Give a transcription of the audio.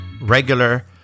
regular